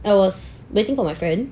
it was waiting for my friend